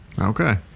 Okay